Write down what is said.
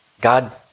God